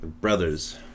brothers